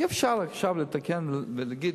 אי-אפשר עכשיו לתקן ולהגיד: